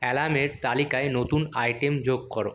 অ্যালার্মের তালিকায় নতুন আইটেম যোগ করো